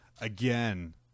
again